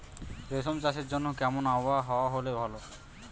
রেশম চাষের জন্য কেমন আবহাওয়া হাওয়া হলে ভালো?